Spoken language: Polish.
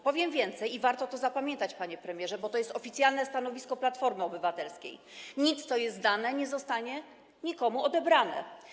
Powiem więcej - i warto to zapamiętać, panie premierze, bo to jest oficjalne stanowisko Platformy Obywatelskiej - nic, co jest dane, nie zostanie nikomu odebrane.